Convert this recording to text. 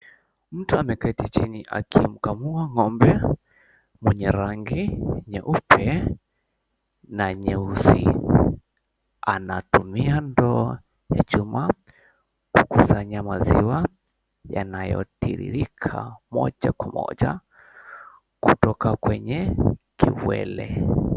Mtu ameketi chini akimkamua ng'ombe mwenye rangi nyeupe na nyeusi. Anatumia ndoo ya chuma kukusanya maziwa yanayotiririka moja kwa moja kutoka kwenye kiwele.